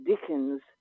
Dickens